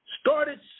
started